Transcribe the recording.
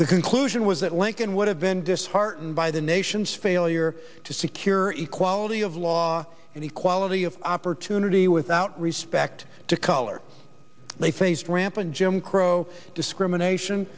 the conclusion was that lincoln would have been disheartened by the nation's failure to secure equality of law and equality of opportunity without respect to color lay things rampant jim crow discrimination